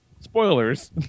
spoilers